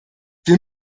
wir